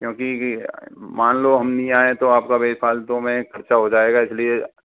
क्योंकि मान लो हम नहीं आए तो आपका भी फालतू में खर्चा हो जाएगा इसलिए